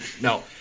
No